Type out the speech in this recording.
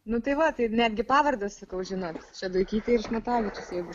nu tai va taip netgi pavardės sakau žinot šeduikytė ir šmatavičius jeigu